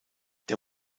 der